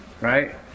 right